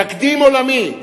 תקדים עולמי.